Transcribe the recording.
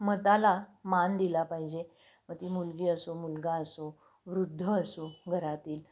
मताला मान दिला पाहिजे मग ती मुलगी असो मुलगा असो वृद्ध असो घरातील